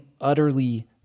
utterly